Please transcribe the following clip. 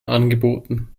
angeboten